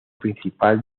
principal